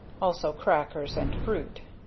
also crackers, and fruit.